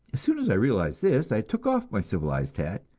as soon as i realized this i took off my civilized hat,